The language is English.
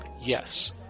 Yes